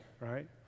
right